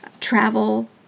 travel